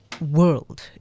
world